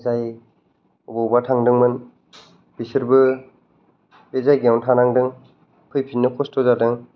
जाय अबावबा थांदोंमोन बिसोरबो बे जायगायावनो थानांदों फैफिननो खस्थ' जादों